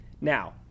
Now